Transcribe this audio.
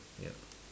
ya